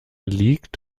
liegt